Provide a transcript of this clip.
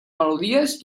melodies